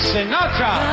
Sinatra